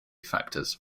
factors